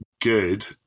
good